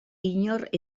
inork